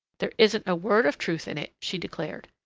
there isn't a word of truth in it, she declared.